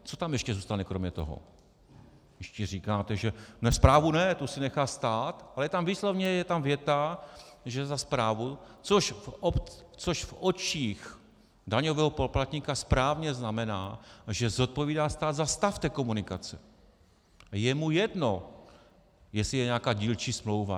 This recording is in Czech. Co tam ještě zůstane kromě toho, když vy říkáte, že správu ne, tu si nechá stát, ale je tam výslovně věta, že za správu, což v očích daňového poplatníka správně znamená, že zodpovídá stát za stav té komunikace, a je mu jedno, jestli je nějaká dílčí smlouva.